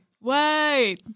wait